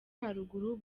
haruguru